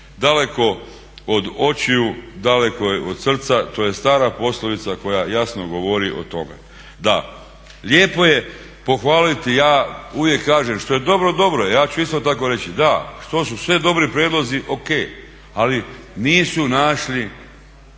Daleko od očiju, daleko je od srca to je stara poslovica koja jasno govori o tome. Da, lijepo je pohvaliti, ja uvijek kažem što je dobro, dobro je. Ja ću isto tako reći, da, što su sve dobri prijedlozi ok, ali nisu našli